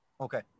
Okay